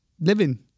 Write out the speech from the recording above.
living